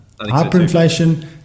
hyperinflation